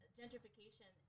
gentrification